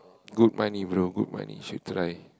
good money bro good money should try